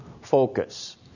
focus